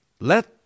let